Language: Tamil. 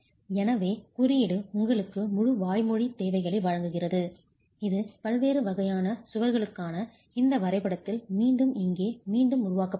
எனவே குறியீடு உங்களுக்கு முழு வாய்மொழித் தேவைகளை வழங்குகிறது இது பல்வேறு வகையான சுவர்களுக்கான இந்த வரைபடத்தில் மீண்டும் இங்கே மீண்டும் உருவாக்கப்படுகிறது